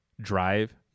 drive